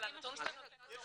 אבל הנתון --- סליחה.